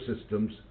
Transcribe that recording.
systems